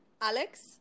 Alex